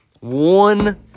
One